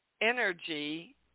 energy